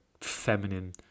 feminine